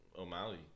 O'Malley